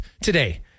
today